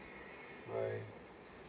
bye